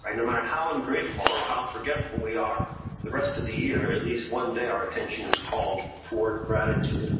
ah no matter how ungrateful or how forgetful we are the rest of the year, at least one day, our attention is called toward gratitude. and